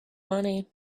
money